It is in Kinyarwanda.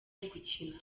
gukina